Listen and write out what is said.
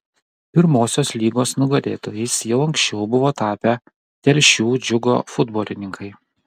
pirmosios lygos nugalėtojais jau anksčiau buvo tapę telšių džiugo futbolininkai